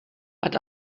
but